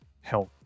health